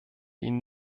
ihn